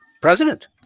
president